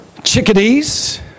chickadees